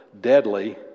deadly